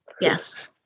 Yes